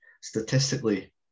statistically